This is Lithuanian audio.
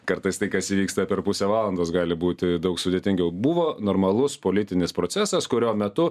kartais tai kas įvyksta per pusę valandos gali būti daug sudėtingiau buvo normalus politinis procesas kurio metu